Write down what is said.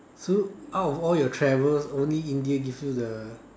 so out of all your travels only India gives you the